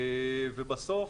בסוף,